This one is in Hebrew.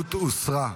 ההסתייגות הוסרה.